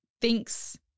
thinks